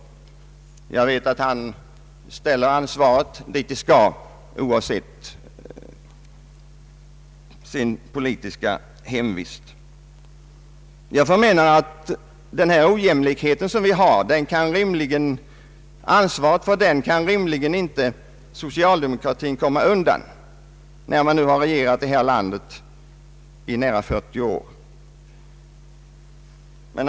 Jag vet att han lägger ansvaret på socialdemokratin trots att det är hans politiska hemvist. För min del anser jag att ansvaret för den brist på jämlikhet som råder kan socialdemokratin inte komma undan efter att ha regerat i detta land under nästan 40 år.